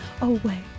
away